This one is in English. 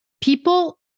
people